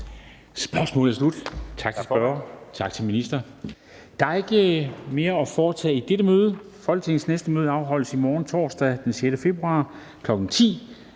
formanden Formanden (Henrik Dam Kristensen): Der er ikke mere at foretage i dette møde. Folketingets næste møde afholdes i morgen, torsdag den 6. februar 2020,